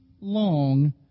long